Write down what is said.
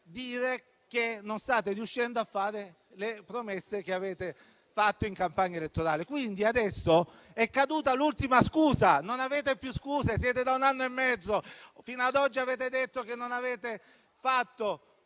dire che non state riuscendo a mantenere le promesse che avete fatto in campagna elettorale. Adesso è caduta l'ultima scusa, non ne avete più; da un anno e mezzo fa fino ad oggi avete detto che non avete varato